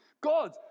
God